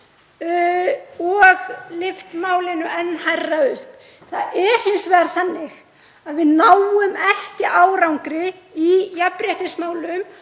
og lyft málinu enn hærra upp. Það er hins vegar þannig að við náum ekki árangri í jafnréttismálum